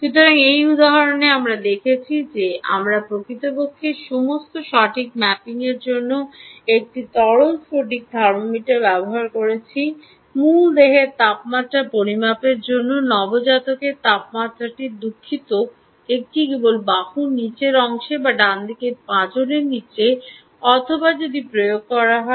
সুতরাং এই উদাহরণে আমরা দেখেছি যে আমরা প্রকৃতপক্ষে সমস্ত সঠিক ম্যাপিংয়ের জন্য একটি তরল স্ফটিক থার্মোমিটার ব্যবহার করেছি মূল দেহের তাপমাত্রা পরিমাপের জন্য নবজাতকের তাপমাত্রাটি দুঃখিত এটি কেবল বাহুর নীচের অংশে বা যদি ডানদিকে পাঁজরের নীচে প্রয়োগ করা হয়